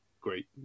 great